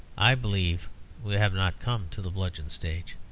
i believe we have not come to the bludgeon stage.